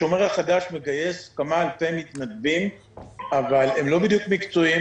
השומר החדש מגייס כמה אלפי מתנדבים אבל הם לא בדיוק מקצועיים.